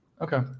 Okay